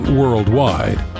worldwide